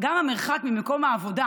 גם המרחק ממקום העבודה